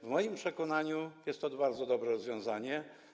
W moim przekonaniu jest to bardzo dobre rozwiązanie.